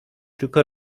tylko